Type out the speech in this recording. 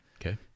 Okay